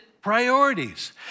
priorities